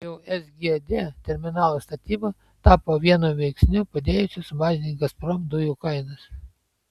jau sgd terminalo statyba tapo vienu veiksnių padėjusių sumažinti gazprom dujų kainas